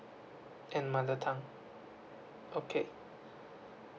and mother tongue okay